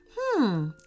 Hmm